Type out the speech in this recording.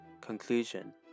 conclusion